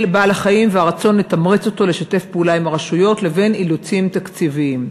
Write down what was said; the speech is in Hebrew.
בעל-החיים ולתמרץ אותו לשתף פעולה עם הרשויות לבין אילוצים תקציביים.